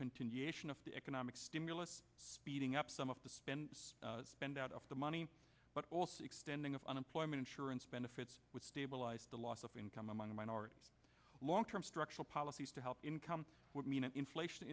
continuation of the economic stimulus speeding up some of the spend spend out of the money but also extending unemployment insurance benefits which stabilized the loss of income among minorities long term structural policies to help income would mean an inflation